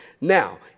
Now